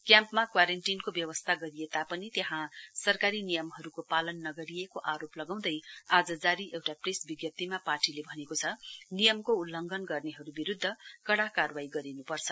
क्याम्पमा क्वारेन्टीनको व्यवस्था गरिए तापनि त्याहाँ सरकारी नियमहरूको पालन नगरिएको आरोप लगाँउदै आज जारी एउटा प्रेस विज्ञप्तीमा पार्टीले भनेको छ नियमको उल्लघन गर्नेहरू विरूद्ध कड़ा कार्रवाई गरिनुपर्छ